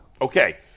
Okay